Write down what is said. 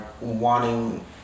wanting